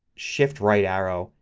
shift right arrow,